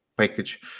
package